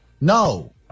No